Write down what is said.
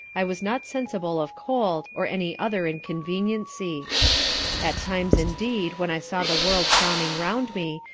i was not sensible of cold, or any other inconveniency at times indeed when i saw the world frowning round me,